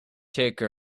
take